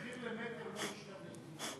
המחיר למטר לא ישתנה.